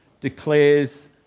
declares